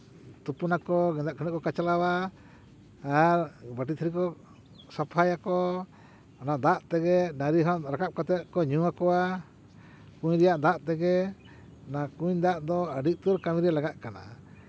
ᱛᱩᱯᱩᱱᱟᱠᱚ ᱜᱮᱸᱫᱟᱜ ᱠᱷᱟᱹᱰᱣᱟᱹᱜ ᱠᱚ ᱠᱚᱪᱞᱟᱣᱟ ᱟᱨ ᱵᱟᱹᱴᱤ ᱛᱷᱟᱹᱨᱤ ᱠᱚ ᱥᱟᱯᱷᱟᱭᱟᱠᱚ ᱚᱱᱟ ᱫᱟᱜ ᱛᱮᱜᱮ ᱰᱟᱝᱨᱤ ᱦᱚᱸ ᱨᱟᱠᱟᱵ ᱠᱟᱛᱮ ᱠᱚ ᱧᱩ ᱟᱠᱚᱣᱟ ᱠᱩᱧ ᱨᱮᱭᱟᱜ ᱫᱟᱜ ᱛᱮᱜᱮ ᱚᱱᱟ ᱠᱩᱧ ᱫᱟᱜ ᱫᱚ ᱟᱹᱰᱤ ᱩᱛᱟᱹᱨ ᱠᱟᱹᱢᱤᱨᱮ ᱞᱟᱜᱟᱜ ᱠᱟᱱᱟ